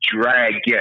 dragon